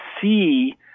see